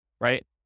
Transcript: right